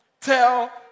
Tell